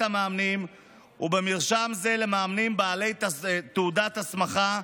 המאמנים ומרשם למאמנים בעלי תעודות ההסמכה.